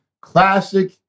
classic